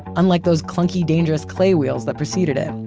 unlike those clunky, dangerous clay wheels that proceeded it.